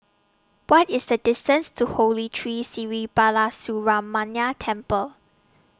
What IS The distance to Holy Tree Sri Balasubramaniar Temple